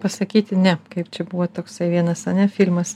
pasakyti ne kaip čia buvo toksai vienas ane filmas